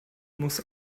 muss